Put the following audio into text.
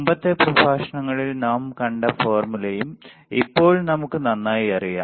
മുമ്പത്തെ പ്രഭാഷണങ്ങളിൽ നാം കണ്ട ഫോർമുലയും ഇപ്പോൾ നമുക്ക് നന്നായി അറിയാം